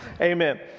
Amen